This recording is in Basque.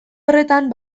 horretan